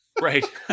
right